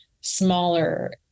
smaller